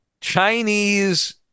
Chinese